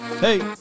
Hey